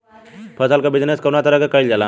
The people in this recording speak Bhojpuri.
फसल क बिजनेस कउने तरह कईल जाला?